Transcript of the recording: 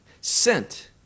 sent